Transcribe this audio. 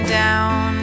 down